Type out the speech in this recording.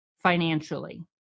financially